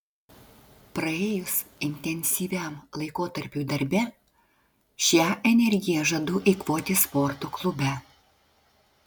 praėjus intensyviam laikotarpiui darbe šią energiją žadu eikvoti sporto klube